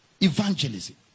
evangelism